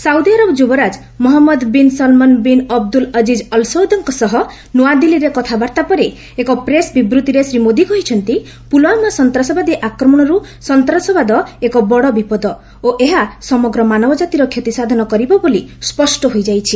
Saudi Arab ଯୁବରାଜ Mohammed bin Salman bin Abdul Aziz ଅଲସୌଦ୍ଙ୍କ ସହ ନୂଆଦିଲ୍ଲୀରେ କଥାବାର୍ତ୍ତା ପରେ ଏକ ପ୍ରେସ୍ ବିବୃଭିରେ ଶ୍ରୀ ମୋଦି କହିଛନ୍ତି ପୁଲ୍ଓ୍ୱାମା ସନ୍ତସବାଦୀ ଆକ୍ରମଣରୁ ସନ୍ତାସବାଦ ଏକ ବଡ଼ ବିପଦ ଓ ଏହା ସମଗ୍ର ମାନବ ଜାତିର କ୍ଷତିସାଧନ କରିବ ବୋଲି ସ୍ୱଷ୍ଟ ହୋଇଯାଇଛି